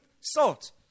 salt